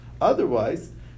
Otherwise